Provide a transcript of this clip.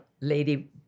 lady